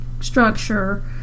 structure